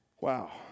Wow